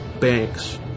banks